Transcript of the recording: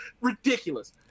ridiculous